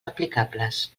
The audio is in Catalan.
aplicables